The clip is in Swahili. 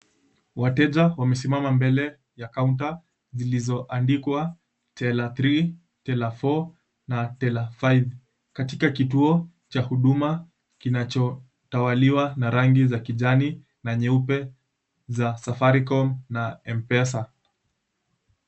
Wateja wamesimama mbele ya kaunta zilizoandikwa, Teller 3, Teller 4, na Teller 5 katika kituo cha huduma kinachotawaliwa na rangi za kijani na nyeupe za Safaricom na M-Pesa.